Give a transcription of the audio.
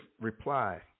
reply